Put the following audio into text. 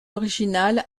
originales